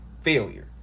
failure